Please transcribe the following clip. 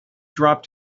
dropped